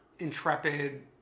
Intrepid